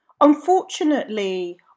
Unfortunately